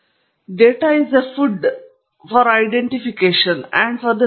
ಡೇಟಾವು ಗುರುತಿನ ಮತ್ತು ನಿಯತಾಂಕಗಳಿಗಾಗಿ ಆಹಾರ ಅತಿಥಿಗಳು